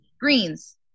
greens